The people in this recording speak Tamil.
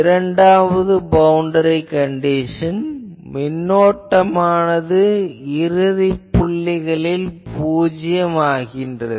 இரண்டாம் பவுண்டரி கண்டிஷன் மின்னோட்டமானது இறுதிப் புள்ளிகளில் பூஜ்யம் ஆகிறது